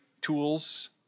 tools